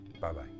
Bye-bye